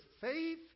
Faith